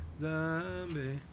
Zombie